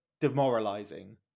demoralizing